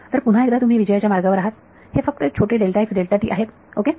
तर पुन्हा एकदा तुम्ही विजयाच्या मार्गावर आहात हे फक्त एक छोटे आहेत ओके